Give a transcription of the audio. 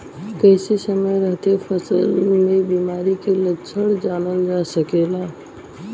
कइसे समय रहते फसल में बिमारी के लक्षण जानल जा सकेला?